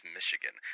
Michigan